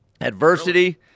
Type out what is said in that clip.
adversity